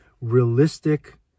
realistic